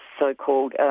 so-called